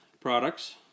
products